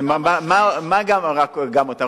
מה גם אותם?